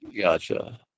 Gotcha